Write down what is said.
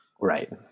Right